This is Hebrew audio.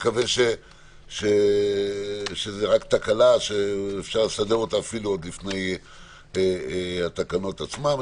נקווה שזאת רק תקלה שאפשר לסדר אותה עוד לפני התקנות עצמן.